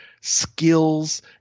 skills